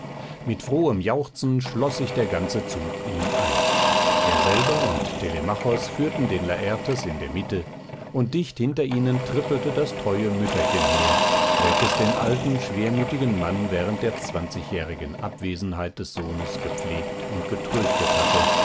mit frohem jauchzen schloß sich der ganze zug ihm an er selber und telemachos führten den lartes in der mitte und dicht hinter ihnen trippelte das treue mütterchen her welches den alten schwermütigen mann während der zwanzigjährigen abwesenheit des sohnes gepflegt und getröstet hatte